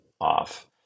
off